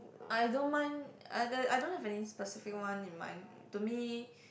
I don't mind and I don't have any specific one in mind to me